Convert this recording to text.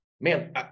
man